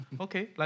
okay